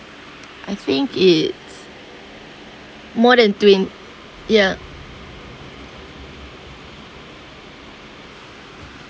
I think it's more than twent~ ya